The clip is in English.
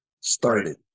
started